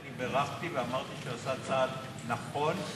אני בירכתי ואמרתי שהוא עשה צעד נכון,